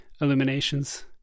illuminations